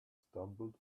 stumbled